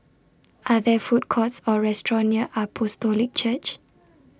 Are There Food Courts Or restaurants near Apostolic Church